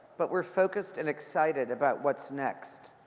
but we're focused and excited about what's next.